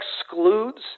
excludes